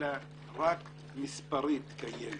אלא רק מספרית קיימת.